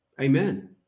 Amen